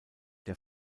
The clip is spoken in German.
der